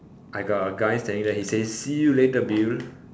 I got a guy standing there he says see you later Bill